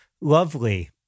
lovely